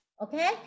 okay